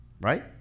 Right